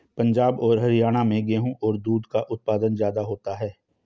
पंजाब और हरयाणा में गेहू और दूध का उत्पादन ज्यादा होता है